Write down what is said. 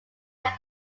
are